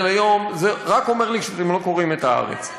היום" זה רק אומר לי שאתם לא קוראים את "הארץ".